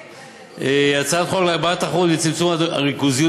הצעת חוק להגברת התחרות ולצמצום הריכוזיות